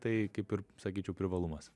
tai kaip ir sakyčiau privalumas